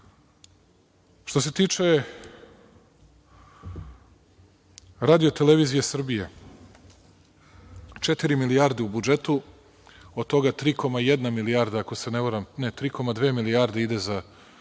se tiče Radio-televizije Srbije – 4 milijarde u budžetu, od toga 3,2 milijarde ide za